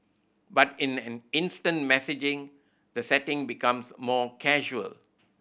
but in an instant messaging the setting becomes more casual